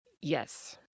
Yes